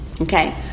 Okay